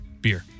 Beer